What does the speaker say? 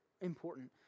important